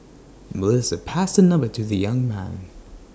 Melissa passed her number to the young man